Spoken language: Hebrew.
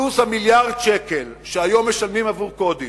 פלוס מיליארד השקלים שהיום משלמים עבור קודים,